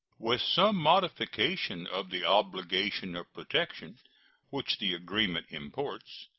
with some modification of the obligation of protection which the agreement imports,